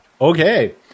Okay